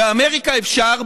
באמריקה אפשר,